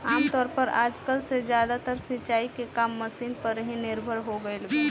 आमतौर पर आजकल के ज्यादातर सिंचाई के काम मशीन पर ही निर्भर हो गईल बा